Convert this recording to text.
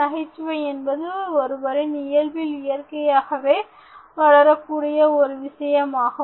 நகைச்சுவை என்பது ஒருவரின் இயல்பில் இயற்கையாகவே வளரக்கூடிய ஒரு விஷயமாகும்